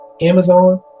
Amazon